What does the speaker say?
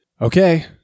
Okay